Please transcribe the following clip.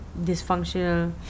dysfunctional